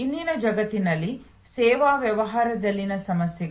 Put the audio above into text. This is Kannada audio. ಇಂದಿನ ಜಗತ್ತಿನಲ್ಲಿ ಸೇವಾ ವ್ಯವಹಾರದಲ್ಲಿನ ಸಮಸ್ಯೆಗಳು